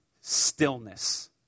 stillness